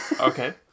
Okay